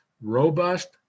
robust